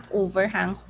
overhang